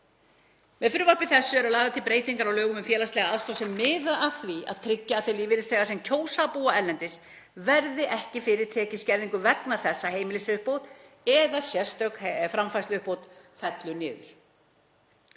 „Með frumvarpi þessu eru lagðar til breytingar á lögum um félagslega aðstoð sem miða að því að tryggja að þeir lífeyrisþegar sem kjósa að búa erlendis verði ekki fyrir tekjuskerðingu vegna þess að heimilisuppbót eða sérstök framfærsluuppbót fellur niður.“